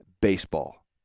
baseball